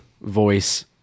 voice